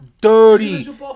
Dirty